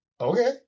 Okay